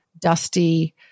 dusty